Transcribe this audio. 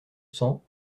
cents